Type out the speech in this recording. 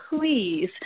please